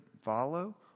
follow